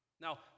now